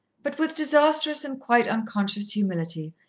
but with disastrous and quite unconscious humility,